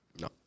No